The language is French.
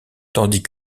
tandis